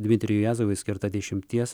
dmitrijui jazovui skirta dešimties